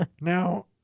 Now